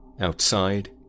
outside